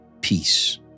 peace